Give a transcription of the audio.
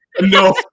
No